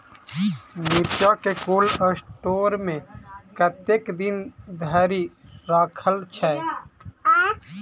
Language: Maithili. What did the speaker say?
मिर्चा केँ कोल्ड स्टोर मे कतेक दिन धरि राखल छैय?